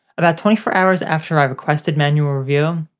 about twenty four hours after i requested manual review,